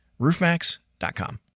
RoofMax.com